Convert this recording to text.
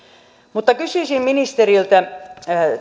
kysyisin ministeriltä